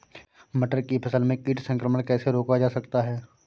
मटर की फसल में कीट संक्रमण कैसे रोका जा सकता है?